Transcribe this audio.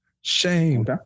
Shame